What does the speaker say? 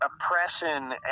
oppression